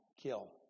kill